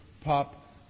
Pop